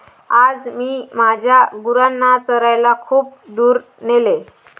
आज मी माझ्या गुरांना चरायला खूप दूर नेले